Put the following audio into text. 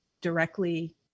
directly